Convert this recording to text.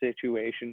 situation